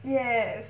yes